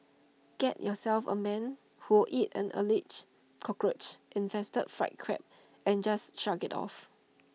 get yourself A man who will eat an Alleged Cockroach infested fried Crab and just shrug IT off